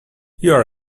you’re